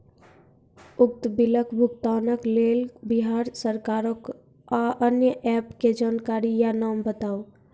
उक्त बिलक भुगतानक लेल बिहार सरकारक आअन्य एप के जानकारी या नाम बताऊ?